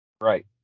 Right